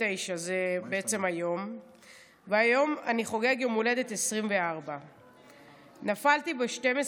ואני חוגג יום הולדת 24. נפלתי ב-12